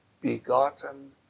begotten